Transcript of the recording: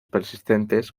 persistentes